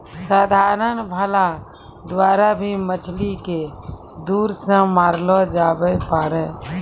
साधारण भाला द्वारा भी मछली के दूर से मारलो जावै पारै